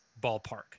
ballpark